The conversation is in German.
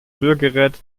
rührgerät